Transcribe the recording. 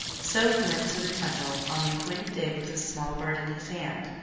so he went to the temple on the appointed day with a small bird in his hand,